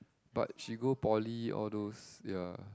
but she go poly all those ya